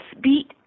beat